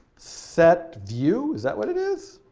set view. is that what it is?